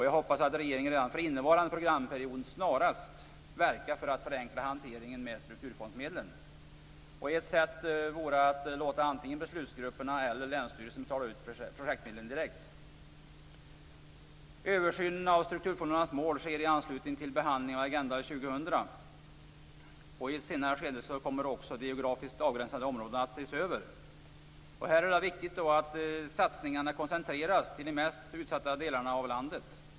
Jag hoppas att regeringen redan för innevarande programperiod snarast verkar för att förenkla hanteringen med strukturfondsmedlen. Ett sätt vore att låta antingen beslutsgruppen eller länsstyrelsen betala ut projektmedlen direkt. Översynen av strukturfondernas mål sker i anslutning till behandlingen av Agenda 2000. I ett senare skede kommer också de geografiskt avgränsade områdena att ses över. Här är det viktigt att satsningarna koncentreras till de mest utsatta delarna av landet.